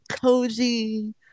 cozy